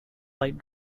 light